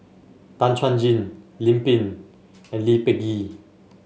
Tan Chuan Jin Lim Pin and Lee Peh Gee